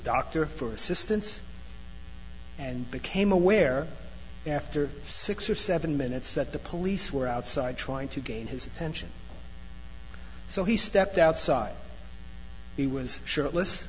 doctor for assistance and became aware after six or seven minutes that the police were outside trying to gain his attention so he stepped outside he was shirt